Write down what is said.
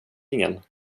ingen